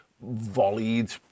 volleyed